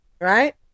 Right